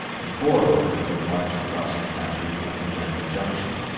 before hooker could march across the country and prevent the junction.